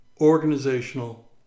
organizational